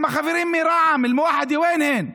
גם החברים מרע"מ (אומר בערבית: רע"מ, איפה הם?)